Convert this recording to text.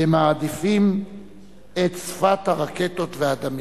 והם מעדיפים את שפת הרקטות והדמים.